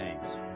thanks